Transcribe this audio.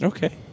Okay